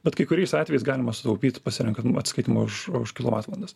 bet kai kuriais atvejais galima sutaupyt pasirenkant atsiskaitymą už už kilovatvalandes